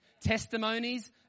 Testimonies